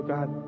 God